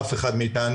אף אחד מאיתנו.